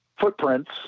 footprints